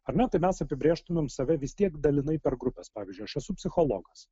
ar ne tai mes apibrėžtumėm save vis tiek dalinai per grupes pavyzdžiui aš esu psichologas